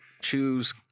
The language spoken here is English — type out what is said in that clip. choose